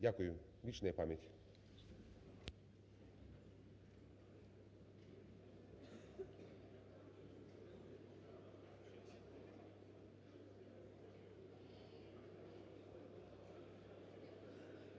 Дякую. Вічна пам'ять.